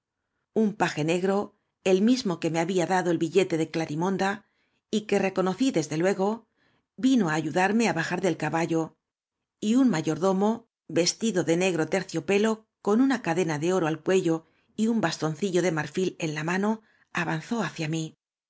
n paje negro el mismo que me ha bía dado e billete de clarimonda y que reconocí desde luego vino á ayudarme ábajar del caballo y un mayordomo vestido de negro terciopelo con una cadena de oro al cuello y un bastoncillo de marñien la mano avanzó hacia mí